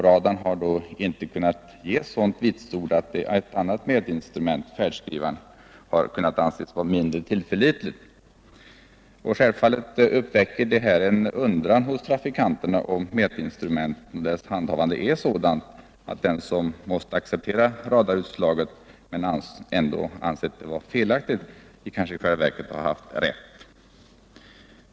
Radarn har då inte kunnat ges sådant vitsord att det andra mätinstrumentet — färdskrivaren — kunnat anses vara mindre tillförlitligt. Självfallet uppväcker det en undran hos trafikanterna, om mätinstrumenten och deras handhavande är så bristfälliga att den som måst acceptera ett radarutslag trots att han ansett det vara felaktigt i själva verket haft rätt.